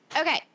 Okay